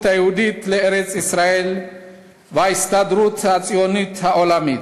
היהודית לארץ-ישראל וההסתדרות הציונית העולמית.